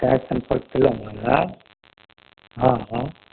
ताँ सम्पर्क कयलहुँ हँ हँ हँ